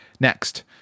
Next